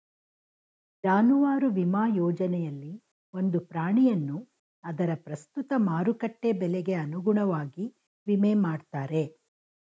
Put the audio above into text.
ಜಾನುವಾರು ವಿಮಾ ಯೋಜನೆಯಲ್ಲಿ ಒಂದು ಪ್ರಾಣಿಯನ್ನು ಅದರ ಪ್ರಸ್ತುತ ಮಾರುಕಟ್ಟೆ ಬೆಲೆಗೆ ಅನುಗುಣವಾಗಿ ವಿಮೆ ಮಾಡ್ತಾರೆ